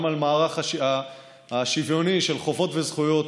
גם על המערך השוויוני של חובות וזכויות,